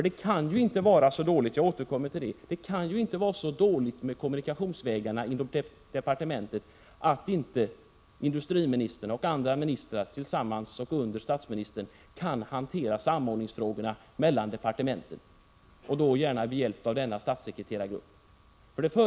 Det kan väl ändå inte vara så dåligt ställt med kommunikationsvägarna inom departementet, jag återkommer till det, att industriministern och andra ministrar tillsammans och under statsministern inte kan hantera samordningsfrågorna mellan departementen, och då gärna med hjälp av denna statssekreterargrupp.